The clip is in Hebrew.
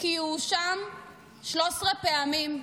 כי הוא הואשם 13 פעמים,